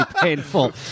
painful